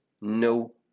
no